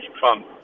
fun